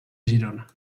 girona